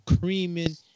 creaming